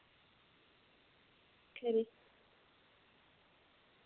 खरी